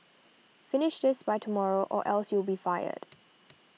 finish this by tomorrow or else you'll be fired